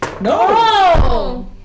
No